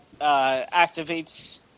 activates